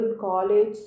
college